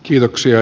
kiitoksia